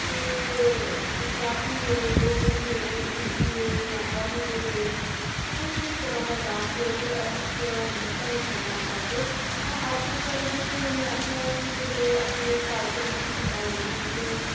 ते पंजाबी होए डोगरी होए हिन्दी होए जां बालीवुड होए कोई बी तरह दा डांस होए ते अस मौका नेईं छड्डना चांह्दे हां अज्ज दे टाइम बिच हून ऐसा ऐ कि जेल्लै अपनी घर घ्रैस्ती संभालनी होए ते